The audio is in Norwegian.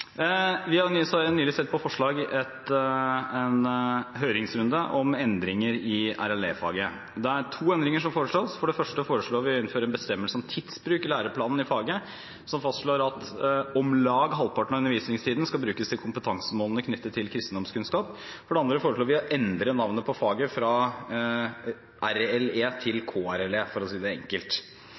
Vi har nylig sendt på høringsrunde et forslag om endringer i RLE-faget. Det er to endringer som foreslås. For det første foreslår vi å innføre en bestemmelse om tidsbruk i læreplanen i faget, som fastslår at om lag halvparten av undervisningstiden skal brukes til kompetansemålene knyttet til kristendomskunnskap. For det andre foreslår vi å endre navnet på faget fra RLE til KRLE, for å si det enkelt.